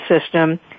system